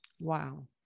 Wow